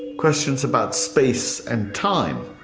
questions about space and time,